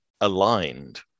aligned